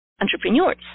entrepreneurs